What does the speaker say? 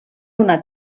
una